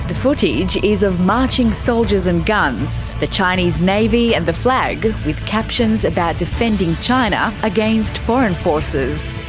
the footage is of marching soldiers and guns, the chinese navy and the flag. with captions about defending china against foreign forces.